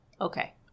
okay